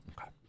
Okay